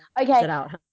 Okay